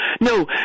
No